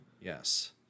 yes